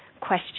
question